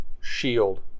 shield